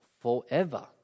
forever